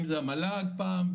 אם זה המל"ג פעם,